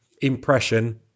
impression